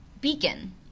beacon